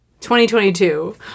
2022